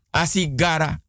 asigara